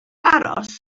aros